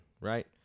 right